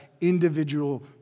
individual